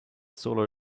solar